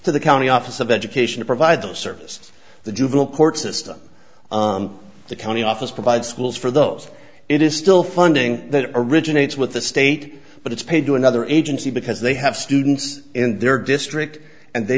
to the county office of education to provide the services the juvenile court system the county office provides schools for those it is still funding that originates with the state but it's paid to another agency because they have students in their district and they